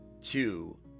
two